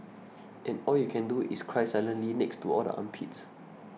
and all you can do is cry silently next to all the armpits